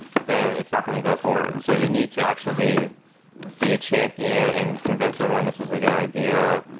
then it's not going to go forward. so you need to actually be a champion and convince everyone this is a good idea,